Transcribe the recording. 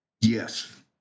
Yes